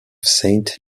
saint